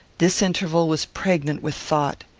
this interval was pregnant with thought.